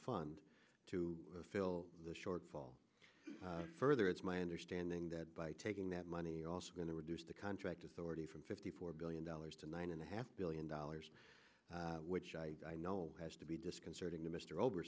fund to fill the shortfall further it's my understanding that by taking that money are also going to reduce the contract authority from fifty four billion dollars to nine and a half billion dollars which i know has to be disconcerting to mr